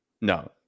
No